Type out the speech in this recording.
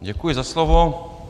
Děkuji za slovo.